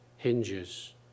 hinges